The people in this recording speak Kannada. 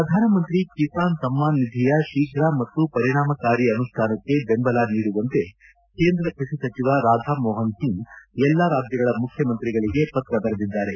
ಪ್ರಧಾನಮಂತ್ರಿ ಕಿಸಾನ್ ಸಮ್ಲಾನ್ ನಿಧಿಯ ಶೀಘ್ರ ಮತ್ತು ಪರಿಣಾಮಕಾರಿ ಅನುಷ್ಠಾನಕ್ಕೆ ಬೆಂಬಲ ನೀಡುವಂತೆ ಕೇಂದ್ರ ಕೃಷಿ ಸಚಿವ ರಾಧಾಮೋಹನ್ ಸಿಂಗ್ ಎಲ್ಲಾ ರಾಜ್ಗಳ ಮುಖ್ಯಮಂತ್ರಿಗಳಿಗೆ ಪತ್ರ ಬರೆದಿದ್ದಾರೆ